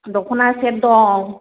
दख'ना सेट दं